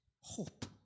hope